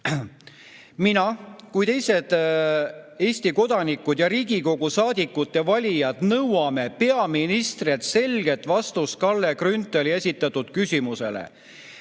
"Mina kui ka teised Eesti kodanikud ja Riigikogu saadikute valijad nõuame peaministrilt selget vastust Kalle Grünthali esitatud küsimusele,